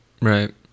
right